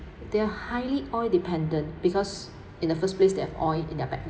they are highly oil dependent because in the first place they have oil in their back